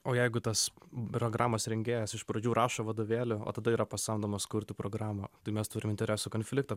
o jeigu tas programos rengėjas iš pradžių rašo vadovėlį o tada yra pasamdomas kurti programą tai mes turim interesų konfliktą